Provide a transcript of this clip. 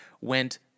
went